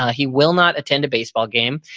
ah he will not attend a baseball game.